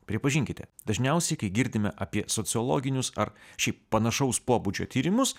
pripažinkite dažniausiai kai girdime apie sociologinius ar šiaip panašaus pobūdžio tyrimus